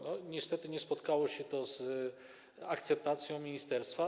Niestety nie spotkało się to z akceptacją ministerstwa.